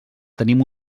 tenim